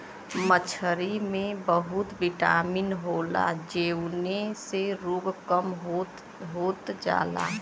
मछरी में बहुत बिटामिन होला जउने से रोग कम होत जाला